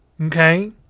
Okay